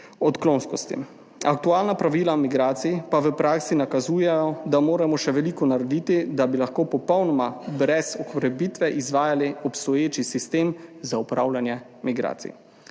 odklonskosti. Aktualna pravila migracij pa v praksi nakazujejo, da moramo še veliko narediti, da bi lahko popolnoma brez okrepitve izvajali obstoječi sistem za upravljanje migracij.